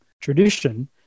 tradition